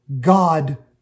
God